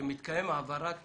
מתקיימת העברת